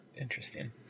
Interesting